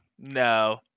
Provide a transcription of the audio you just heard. no